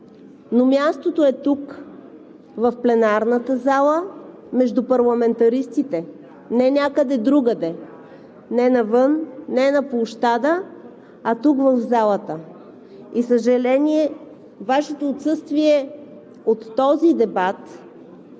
но мястото му е тук, в пленарната зала, между парламентаристите, не някъде другаде, не навън, не на площада, а тук, в залата. За съжаление, Вашето отсъствие от този дебат,